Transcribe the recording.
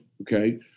Okay